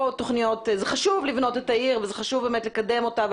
זה חשוב לבנות את העיר וזה חשוב לקדם אותה,